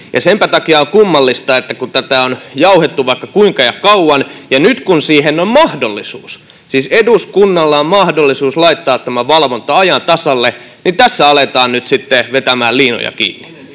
Senpä takia on kummallista, että kun tätä on jauhettu vaikka kuinka ja kauan ja nyt, kun siihen on mahdollisuus, siis eduskunnalla on mahdollisuus laittaa tämä valvonta ajan tasalle, niin tässä aletaan nyt sitten vetämään liinoja kiinni